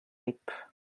lip